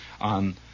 on